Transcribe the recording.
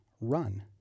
run